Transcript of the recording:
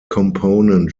component